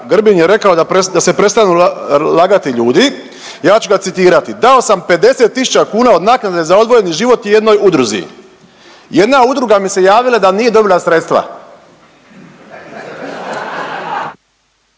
Grbin da se prestanu lagati ljudi, ja ću ga citirati „dao sam 50.000 kuna od naknade za odvojeni život jednoj udruzi“ Jedna udruga mi se javila da nije dobila sredstva.